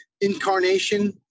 Incarnation